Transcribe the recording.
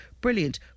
brilliant